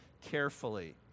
carefully